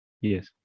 yes